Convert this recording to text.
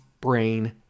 brain